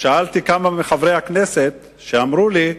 שאלתי כמה מחברי הכנסת, שאמרו לי: